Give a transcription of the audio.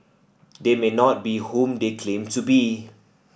they may not be whom they claim to be